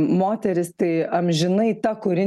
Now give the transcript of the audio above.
moteris tai amžinai ta kuri